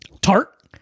Tart